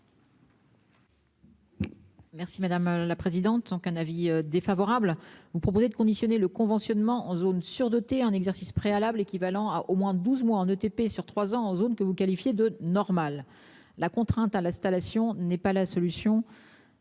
Merci madame la présidente. Donc un avis défavorable. Vous proposez de conditionner le conventionnement en zones surdotées un exercice préalable équivalent à au moins 12 mois en ETP sur 3 ans en zone que vous qualifiez de normal la contrainte à la Stala Sion n'est pas la solution.--